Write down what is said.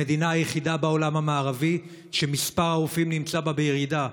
המדינה היחידה בעולם המערבי שמספר הרופאים נמצא בה בירידה,